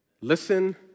Listen